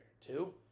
Two